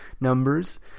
numbers